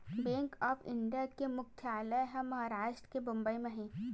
bank of India के मुख्यालय ह महारास्ट के बंबई म हे